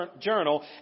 journal